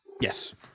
Yes